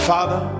Father